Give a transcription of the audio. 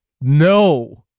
no